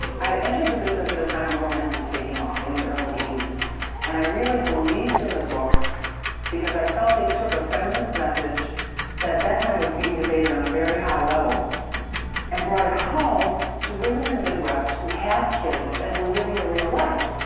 i'd entered the business at a time when romance was taking off in the early eighties and i really believed in the books because i felt they took a feminist message that at that time was being debated on a very high level and brought it home to women in the midwest who had kids and were living a real life.